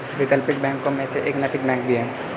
वैकल्पिक बैंकों में से एक नैतिक बैंक भी है